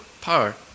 power